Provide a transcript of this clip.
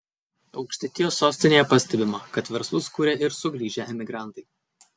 aukštaitijos sostinėje pastebima kad verslus kuria ir sugrįžę emigrantai